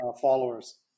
followers